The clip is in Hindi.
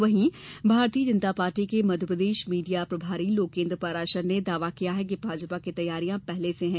वहीं भारतीय जनता पार्टी के मध्यप्रदेश मीडिया प्रभारी लोकेंद्र पाराशर ने दावा किया कि भाजपा की तैयारियां पहले से हैं